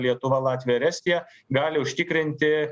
lietuva latvija ir estija gali užtikrinti